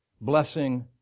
blessing